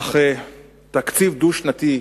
אך תקציב דו-שנתי,